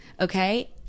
okay